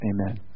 Amen